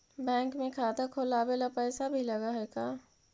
Bank में खाता खोलाबे ल पैसा भी लग है का?